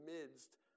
midst